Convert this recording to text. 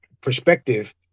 perspective